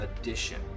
Edition